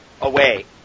away